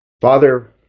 Father